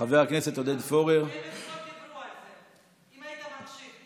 אם היית מקשיב.